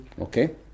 Okay